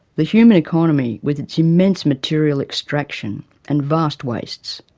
the human economy with its immense material extraction and vast waste,